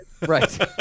right